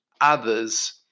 others